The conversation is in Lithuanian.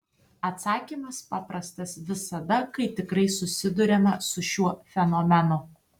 atsakymas paprastas visada kai tikrai susiduriama su šiuo fenomenu